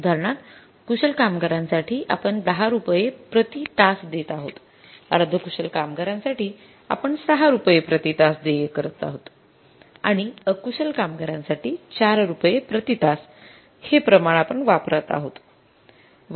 उदाहरणार्थ कुशल कामगारांसाठी आपण १० रुपये प्रति तास देत आहोत अर्धकुशल कामगारांसाठी आपण ६ रुपये प्रति तास देय करत आहोत आणि अकुशल कामगारांसाठी ४ रुपये प्रति तास हे प्रमाण आपण वापरात आहोत